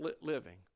living